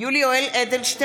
יולי יואל אדלשטיין,